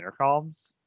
intercoms